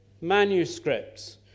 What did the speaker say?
manuscripts